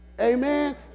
Amen